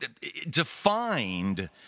defined